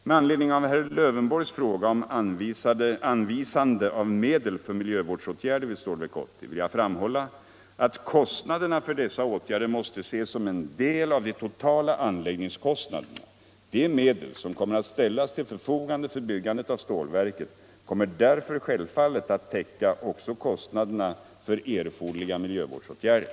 Med anledning av herr Lövenborgs fråga om anvisande av medel för miljövårdsåtgärder vid Stålverk 80 vill jag framhålla att kostnaderna för dessa åtgärder måste ses som en del av de totala anläggningskostnaderna. De medel som kommer att ställas till förfogande för byggandet av stålverket kommer därför självfallet att täcka också kostnaderna för erforderliga miljövårdsåtgärder.